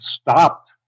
stopped